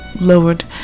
lowered